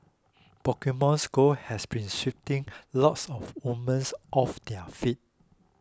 Pokemon Go has been sweeping lots of women's off their feet